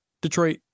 Detroit